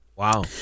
Wow